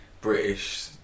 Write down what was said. British